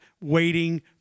waiting